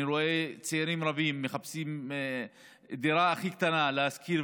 אני רואה צעירים רבים מחפשים את הדירה הכי קטנה לשכור,